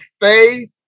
faith